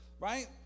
right